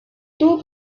two